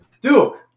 Duke